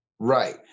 Right